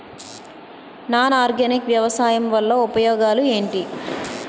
Non organic వ్యవసాయం వల్ల ఉపయోగాలు ఏంటీ?